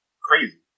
crazy